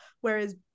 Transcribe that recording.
Whereas